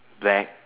black